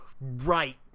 right